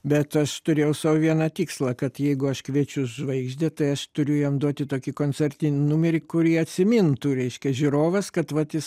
bet aš turėjau sau vieną tikslą kad jeigu aš kviečiu žvaigždę tai aš turiu jam duoti tokį koncertinį numerį kurį atsimintų reiškia žiūrovas kad vat jis